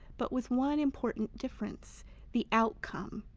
but with one important difference the outcome.